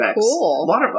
Cool